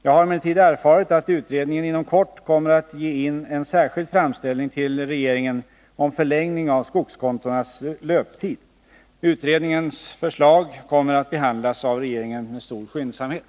Jag har emellertid erfarit att utredningen inom kort kommer att ge in en särskild framställning till regeringen om förlängning av skogskontonas löptid. Utredningens förslag kommer att behandlas av regeringen med stor skyndsamhet.